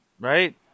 right